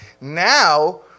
Now